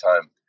time